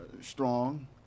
strong